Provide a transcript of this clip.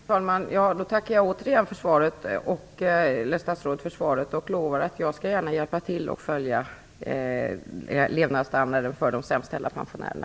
Fru talman! Jag tackar återigen statsrådet för svaret. Jag lovar att jag gärna skall hjälpa till och följa utvecklingen av levnadsstandarden för de sämst ställda pensionärerna.